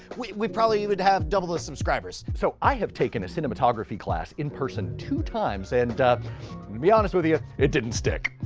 we we probably would have double the subscribers. so i have taken a cinematography class in person two times and to be honest with ya, it didn't stick.